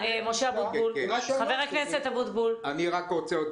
חבר הכנסת אבוטבול, בבקשה.